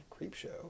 Creepshow